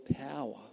power